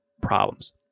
problems